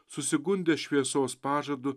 susigundę šviesos pažadu